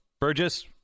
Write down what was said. Burgess